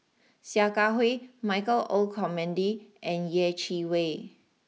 Sia Kah Hui Michael Olcomendy and Yeh Chi Wei